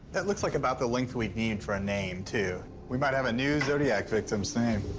that looks like about the length we'd need for a name, too. we might have a new zodiac victim's name.